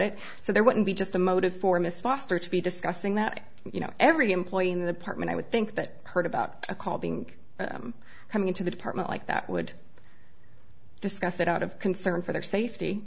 it so there wouldn't be just a motive for miss foster to be discussing that you know every employee in the department i would think that heard about a call being coming into the department like that would discuss that out of concern for their safety